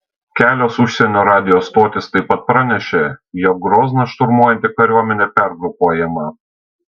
kelios užsienio radijo stotys taip pat pranešė jog grozną šturmuojanti kariuomenė pergrupuojama